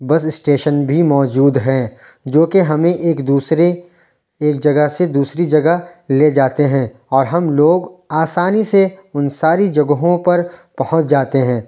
بس اسٹیشن بھی موجود ہیں جوکہ ہمیں ایک دوسرے ایک جگہ سے دوسری جگہ لے جاتے ہیں اور ہم لوگ آسانی سے ان ساری جگہوں پر پہنچ جاتے ہیں